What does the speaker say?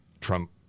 Trump